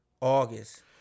August